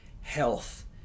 health